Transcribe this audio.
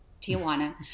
Tijuana